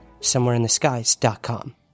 somewhereintheskies.com